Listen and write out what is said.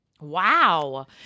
Wow